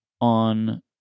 on